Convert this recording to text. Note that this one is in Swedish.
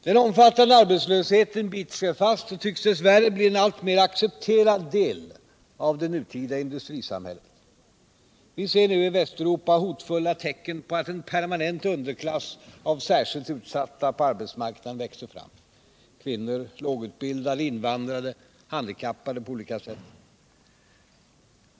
Den omfattande arbetslösheten biter sig fast och tycks dess värre bli en alltmer accepterad del av det nutida industrisamhället. Visser nu i Västeuropa hotfulla tecken på att en permanent underklass av särskilt utsatta växer fram: kvinnor, lågutbildade, invandrare. handikappade på olika sätt.